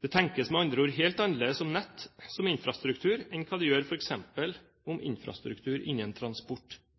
Det tenkes med andre ord helt annerledes om nett som infrastruktur enn hva det f.eks. gjøres om infrastruktur innen transport.